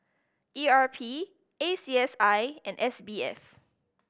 E R P A C S I and S B F